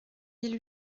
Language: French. mille